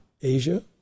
Asia